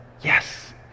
yes